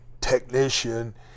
technician